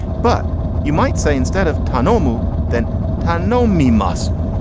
but you might say instead of tarnow mu then tarnow me musset.